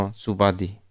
subadi